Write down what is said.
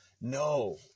No